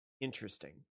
Interesting